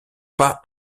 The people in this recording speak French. pas